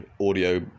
audio